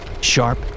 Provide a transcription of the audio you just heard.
Sharp